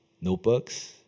notebooks